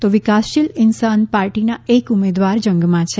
તો વિકાસશીલ ઇન્સાન પાર્ટીના એક ઉમેદવાર જંગમાં છે